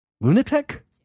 lunatic